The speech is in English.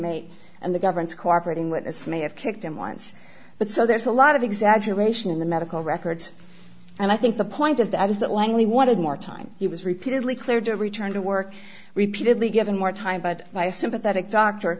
e and the government's cooperating witness may have kicked him once but so there's a lot of exaggeration in the medical records and i think the point of that is that langley wanted more time he was repeatedly cleared to return to work repeatedly given more time but by a sympathetic doctor